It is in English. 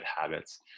habits